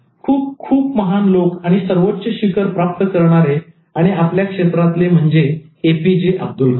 खूप खूप महान लोक आणि सर्वोच्च शिखर प्राप्त करणारे आणि आपल्या क्षेत्रातले म्हणजे एपीजे अब्दुल कलाम